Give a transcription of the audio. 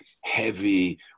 heavy